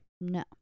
no